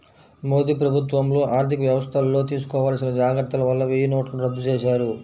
మోదీ ప్రభుత్వంలో ఆర్ధికవ్యవస్థల్లో తీసుకోవాల్సిన జాగర్తల వల్ల వెయ్యినోట్లను రద్దు చేశారు